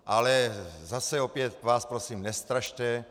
Ale opět vás prosím, nestrašte.